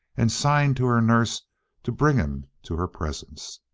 and signed to her nurse to bring him to her presence.